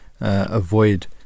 avoid